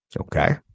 Okay